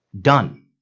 done